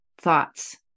thoughts